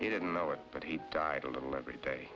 he didn't know it but he died a little every day